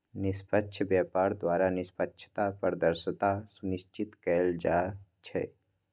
निष्पक्ष व्यापार द्वारा निष्पक्षता, पारदर्शिता सुनिश्चित कएल जाइ छइ